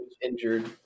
injured